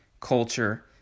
culture